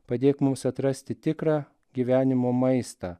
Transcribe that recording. padėk mums atrasti tikrą gyvenimo maistą